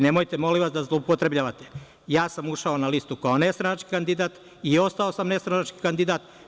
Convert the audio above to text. Nemojte molim vas da zloupotrebljavate, ja sam ušao na listu kao nestranački kandidat i ostao sam nestranački kandidat.